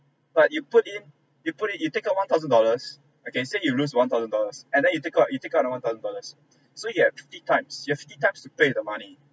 but you put in you put it you take out one thousand dollars okay say you lose one thousand dollars and then you take out you take out another one thousand dollars so you have fifty times you have fifty times to play the money